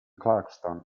clarkston